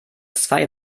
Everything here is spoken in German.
zwei